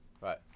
Right